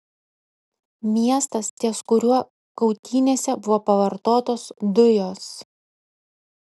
miestas ties kuriuo kautynėse buvo pavartotos dujos